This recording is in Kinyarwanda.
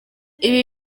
ibi